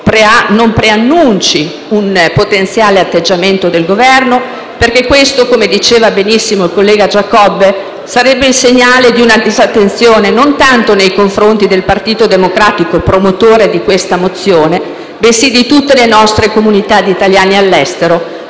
non preannunci un potenziale atteggiamento ostile del Governo perché questo, come diceva benissimo il collega Giacobbe, sarebbe il segnale di una disattenzione non tanto nei confronti del Partito Democratico, promotore della mozione, bensì di tutte le nostre comunità di italiani all'estero,